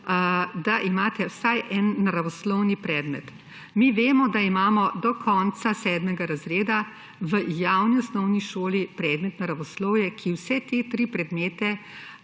da imate vsaj en naravoslovni predmet. Mi vemo, da imamo do konca 7. razreda v javni osnovni šoli predmet naravoslovje, ki vse te tri predmete